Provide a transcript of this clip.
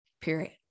period